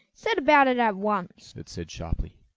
set about it at once! it said sharply.